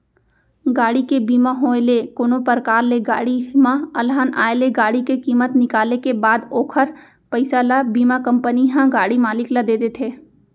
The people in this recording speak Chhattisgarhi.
गाड़ी के बीमा होय ले कोनो परकार ले गाड़ी म अलहन आय ले गाड़ी के कीमत निकाले के बाद ओखर पइसा ल बीमा कंपनी ह गाड़ी मालिक ल देथे